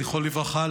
זכרו לברכה,